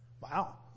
Wow